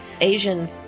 Asian